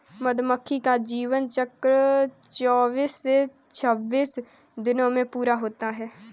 मधुमक्खी का जीवन चक्र चौबीस से छब्बीस दिनों में पूरा होता है